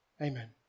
Amen